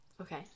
Okay